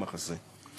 למחסה.